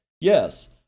Yes